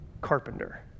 carpenter